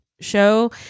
show